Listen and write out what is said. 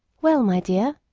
well, my dear,